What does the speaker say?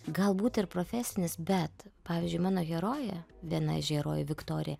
galbūt ir profesinis bet pavyzdžiui mano herojė viena iš herojų viktorija